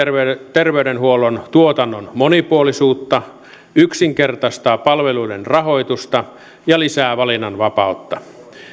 terveydenhuollon tuotannon monipuolisuutta yksinkertaistaa palveluiden rahoitusta ja lisää valinnanvapautta